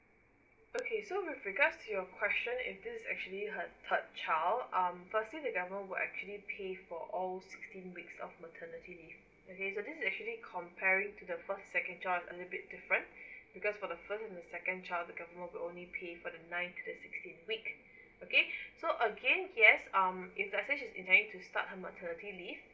okay so with regards to your question is this is actually her third child um firstly the government will actually pay for all sixteen weeks of maternity leave okay so this is actually comparing to the first second child a little bit different because for the first and second child the government will only pay for the nine to the sixteen week okay so again yes um if let's say she is intending to start her maternity leave